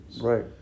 right